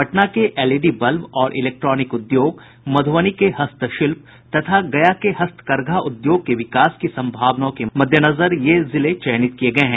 पटना के LED bulb और electronic उद्योग मधुबनी के हस्तशिल्प तथा गया के हस्तकरघा उद्योग के विकास की संभावनाओं के मद्देनजर ये जिले चयनित किये गये हैं